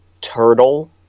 turtle